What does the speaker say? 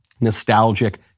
nostalgic